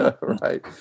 Right